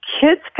Kids